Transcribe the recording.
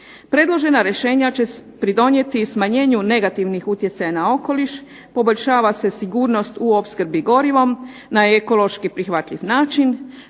Predložena rješenja će pridonijeti smanjenju negativnih utjecaja na okoliš, poboljšava se sigurnost u opskrbi gorivom na ekološki prihvatljiv način,